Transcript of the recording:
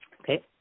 Okay